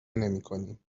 نمیکنیم